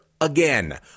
again